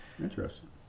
interesting